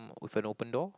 with an open door